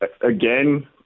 Again